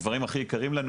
הדברים הכי יקרים לנו,